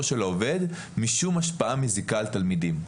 של העובד משום השפעה מזיקה על תלמידים.